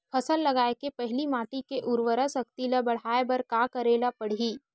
फसल लगाय के पहिली माटी के उरवरा शक्ति ल बढ़ाय बर का करेला पढ़ही?